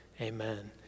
Amen